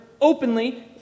openly